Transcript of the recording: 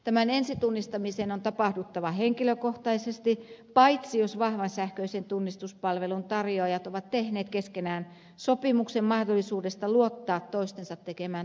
tämän ensitunnistamisen on tapahduttava henkilökohtaisesti paitsi jos vahvan sähköisen tunnistuspalvelun tarjoajat ovat tehneet keskenään sopimuksen mahdollisuudesta luottaa toistensa tekemään tunnistukseen